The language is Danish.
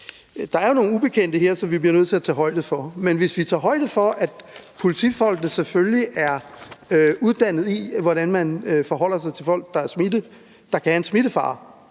Der er jo nogle ubekendte her, som vi bliver nødt til at tage højde for. Men hvis vi tager højde for, at politifolkene selvfølgelig er uddannet i, hvordan man forholder sig til folk, der kan indebære en smittefare